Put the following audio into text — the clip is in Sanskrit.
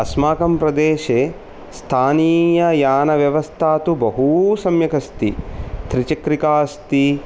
अस्माकं प्रदेशे स्थानियायानव्यवस्था तु बहुसम्यक् अस्ति त्रिचक्रिका अस्ति